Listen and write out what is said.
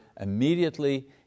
immediately